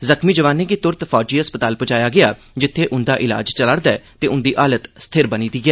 जख्मीं जवानें गी तुरत फौजी अस्पताल पुजाया गेआ जित्थें उंदा इलाज चला'रदा ऐ ते उंदी हालत स्थिर बनी दी ऐ